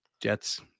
Jets